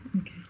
Okay